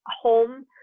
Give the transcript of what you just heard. home